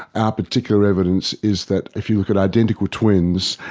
ah particular evidence is that if you look at identical twins,